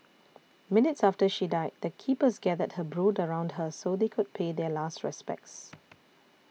minutes after she died the keepers gathered her brood around her so they could pay their last respects